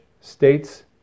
states